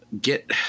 Get